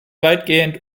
weitgehend